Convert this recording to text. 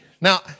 Now